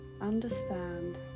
Understand